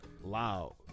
loud